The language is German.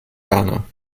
ghana